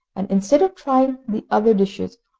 and, instead of trying the other dishes,